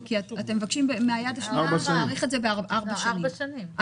כי אתם מבקשים מהיד השנייה להאריך את זה בארבע שנים.